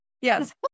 Yes